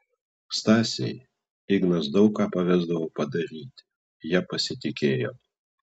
stasei ignas daug ką pavesdavo padaryti ja pasitikėjo